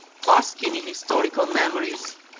basking in historical memories,